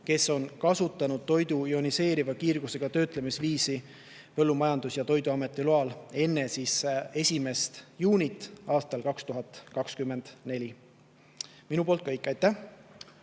kes on kasutanud toidu ioniseeriva kiirgusega töötlemisviisi Põllumajandus‑ ja Toiduameti loal enne 1. juunit 2024. aastal. Minu poolt kõik. Aitäh!